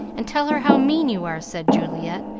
and tell her how mean you are, said juliet,